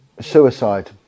suicide